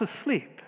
asleep